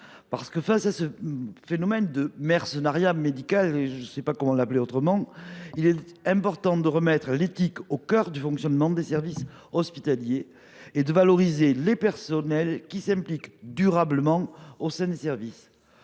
Face au phénomène de « mercenariat médical »– je ne sais pas comment l’appeler autrement –, il est important de remettre l’éthique au cœur du fonctionnement des services hospitaliers et de valoriser les personnels qui s’impliquent durablement au sein des services.